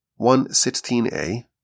116a